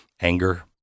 Anger